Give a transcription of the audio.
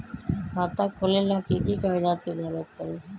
खाता खोले ला कि कि कागजात के जरूरत परी?